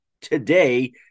today